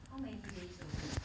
how many days a week